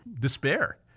despair